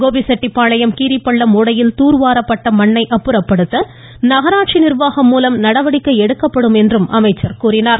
கோபிச்செட்டிப்பாளையம் கீரிப்பள்ளம் ஒடையில் தூர்வாரப்பட்ட மண்ணை அப்புறப்படுத்த நகராட்சி நிர்வாகம் மூலம் நடவடிக்கை எடுக்கப்படும் என்றார்